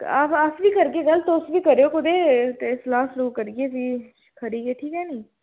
हां अस बी करगे गल्ल तुस बी करेओ कुतै ते सलाह् सलूह् करियै भी खरी ऐ ठीक ऐ निं